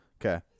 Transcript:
Okay